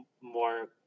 more